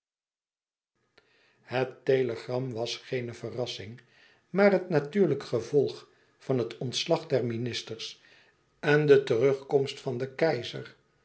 het telegram was geene verrassing maar het natuurlijk gevolg van het ontslag der ministers en de terugkomst van den keizer